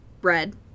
bread